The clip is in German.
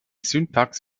syntax